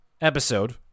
episode